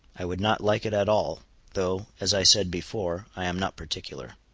i would not like it at all though, as i said before, i am not particular.